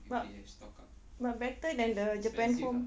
but but better than the japan home